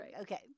Okay